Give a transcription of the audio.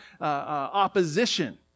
opposition